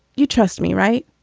you trust me, right?